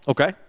Okay